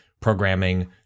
programming